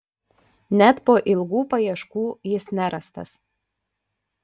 net po ilgų paieškų jis nerastas